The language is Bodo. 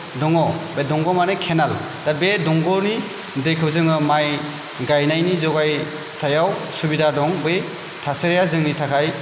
दङ बे दंग' माने केनेल दा बे दंग'नि दैखौ जोङो माइ गायनायनि जगायथायाव सुबिदा दं बै थासारिया जोंनि थाखाय